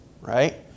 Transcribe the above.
right